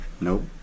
Nope